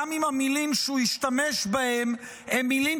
גם אם המילים שהוא השתמש בהן הן מילים